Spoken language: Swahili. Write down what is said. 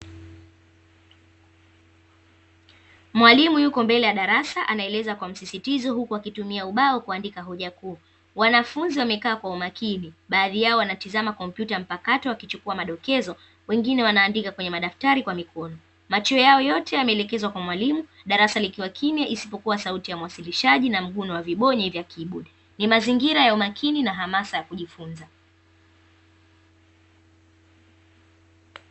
Mwalimu yupo mbele ya darasa anaeleza kwa msisitizo huku akitumia ubao kuandika hoja kuu. Wanafunzi wamekaa kwa umakini, baadhi yao wanatizama kompyuta ya mpakato wakichukua madokezo, wengine wanaandika kwenye madaftari kwa mikono. Macho yao yote yameelekezwa kwa mwalimu darasa likiwa kimya isipokuwa sauti ya mwasilishaji na mhuni wa vibonyi vya kibodi. Ni mazingira ya umakini na hamasa ya kujifunza.